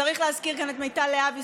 וצריך להזכיר כאן את מיטל להבי,